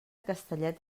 castellet